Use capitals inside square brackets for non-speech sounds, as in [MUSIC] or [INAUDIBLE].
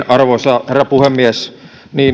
[UNINTELLIGIBLE] arvoisa herra puhemies